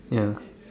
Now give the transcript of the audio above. ya